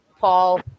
Paul